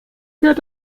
fährt